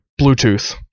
Bluetooth